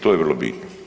To je vrlo [[Upadica: Vrijeme.]] bitno.